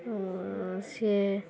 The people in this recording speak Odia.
ସିଏ